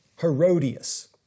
Herodias